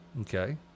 Okay